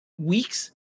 weeks